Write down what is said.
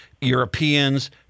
Europeans